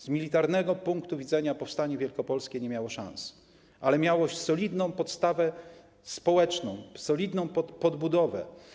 Z militarnego punktu widzenia powstanie wielkopolskie nie miało szans, ale miało solidną podstawę społeczną, solidną podbudowę.